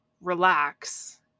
relax